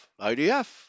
IDF